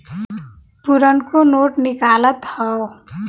पुरनको नोट निकालत हौ